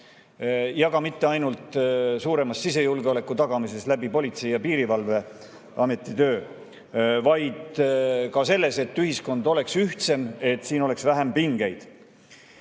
ja ka mitte ainult suurema sisejulgeoleku tagamises läbi Politsei‑ ja Piirivalveameti töö, vaid ka selles, et ühiskond oleks ühtsem, siin oleks vähem pingeid.